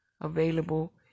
available